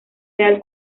real